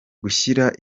gushyira